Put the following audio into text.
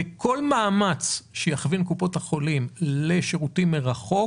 כי כל מאמץ שיכווין את קופות החולים לשירותים מרחוק